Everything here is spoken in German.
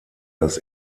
das